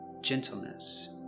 gentleness